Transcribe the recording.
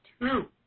two